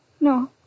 No